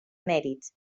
mèrits